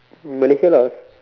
Malaysia lah